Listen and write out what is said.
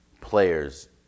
players